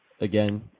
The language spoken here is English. again